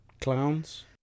clowns